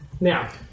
Now